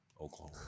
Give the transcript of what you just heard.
Oklahoma